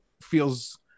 feels